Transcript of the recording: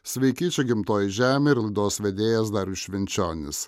sveiki čia gimtoji žemė ir laidos vedėjas darius švenčionis